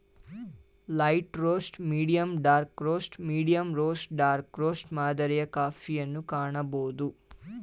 light roast, medium dark roast, medium roast dark roast ಮಾದರಿಯ ಕಾಫಿಯನ್ನು ಕಾಣಬೋದು